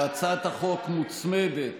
להצעת החוק מוצמדת